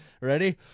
ready